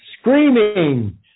Screaming